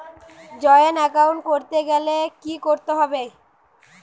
Joint account করতে গেলে কি করতে হবে?